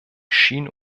schien